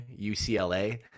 UCLA